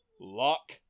Lock